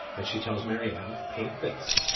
and she tells maryanne, paint this.